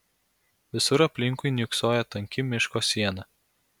visur aplinkui niūksojo tanki miško siena